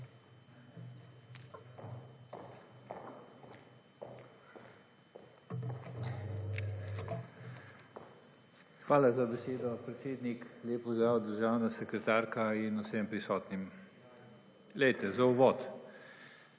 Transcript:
Hvala za besedo, predsednik. Lep pozdrav državna sekretarka in vsem prisotnim! Poglejte za uvod.